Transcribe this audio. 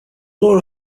laura